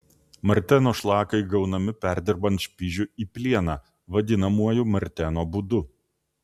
marteno šlakai gaunami perdirbant špižių į plieną vadinamuoju marteno būdu